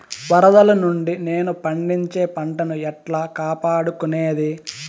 వరదలు నుండి నేను పండించే పంట ను ఎట్లా కాపాడుకునేది?